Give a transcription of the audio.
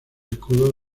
escudo